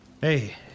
hey